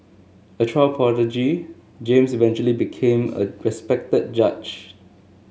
a child prodigy James eventually became a respected judge